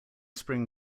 spring